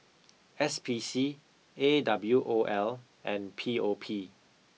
S P C A W O L and P O P